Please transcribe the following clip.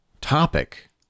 topic